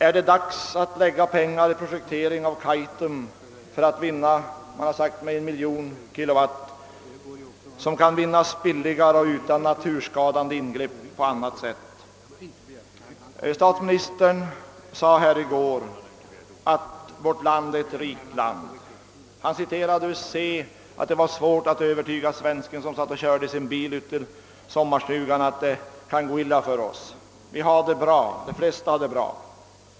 Är det dags att lägga pengar i en projektering av Kaitum för att vinna, som det har sagts, en miljon kilowatt, som kan vinnas billigare och utan naturskadande ingrepp på annat sätt? Statsministern sade här i går att vårt land är ett rikt land. Han citerade ur Se, att det var svårt att övertyga Ssvensken, som satt i sin bil och körde ut till sommarstugan, att det kan gå illa för oss. De flesta av oss har det bra.